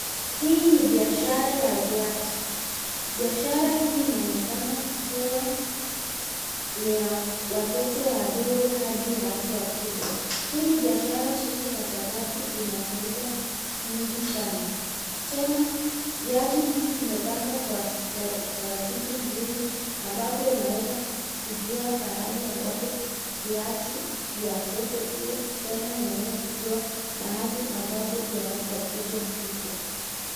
Hii ni biashara ya viatu. Biashara hii inaonekana kuwa ni ya watoto wadogo hadi ya watu wakubwa. Hii ni biashara nzuri kwa sababu ina faida nyingi sana. Tena, viatu hivi vimepangwa kwa utaratibu mzuri ambapo unaweza kujua pahali ambapo viatu vya watoto iko, tena unaweza kujua mahali ambapo vya watu wakubwa iko.